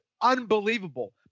unbelievable